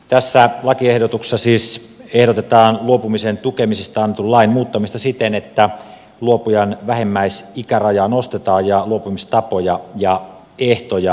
tässä lakiehdotuksessa siis ehdotetaan luopumisen tukemisesta annetun lain muuttamista siten että luopujan vähimmäisikärajaa nostetaan ja luopumistapoja ja ehtoja rajoitetaan